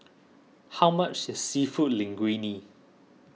how much is Seafood Linguine